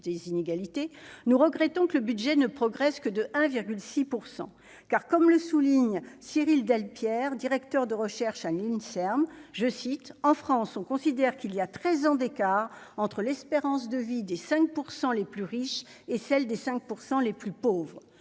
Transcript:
des inégalités, nous regrettons que le budget ne progresse que de 1,6 pour 100, car comme le souligne Cyrille Delpierre, directeur de recherche à l'INSERM, je cite, en France, on considère qu'il y a 13 ans d'écart entre l'espérance de vie des 5 % les plus riches et celle des 5 % les plus pauvres